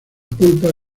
pulpa